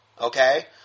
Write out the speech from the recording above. Okay